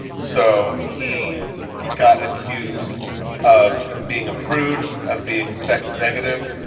so he got accused of being approved and of being sex negative,